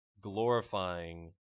glorifying